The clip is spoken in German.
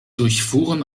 durchfuhren